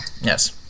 Yes